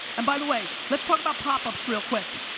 and by the way, let's talk about popups real quick.